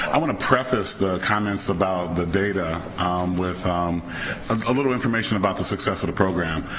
i wanna preface the comments about the data with um um a little information about the success of the program.